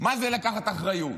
מה זה לקחת אחריות.